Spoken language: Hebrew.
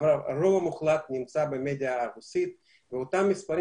אבל הרוב המוחלט נמצא במדיה הרוסית ואותם מספרים